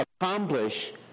accomplish